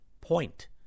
point